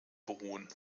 beruhen